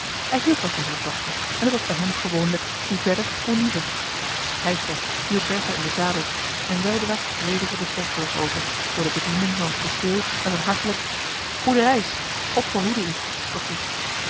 hij hield wel van zoo'n tochtje en t was bij hem gewoonlijk hoe verder hoe liever gijsbrecht hielp bertha in den zadel en weldra reden zij de slotbrug over door de bedienden van het kasteel met een hartelijk goede reis god behoede u begroet